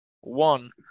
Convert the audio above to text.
one